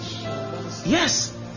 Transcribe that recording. yes